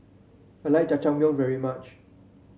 I like Jajangmyeon very much